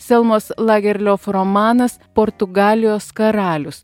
selmos lagerliof romanas portugalijos karalius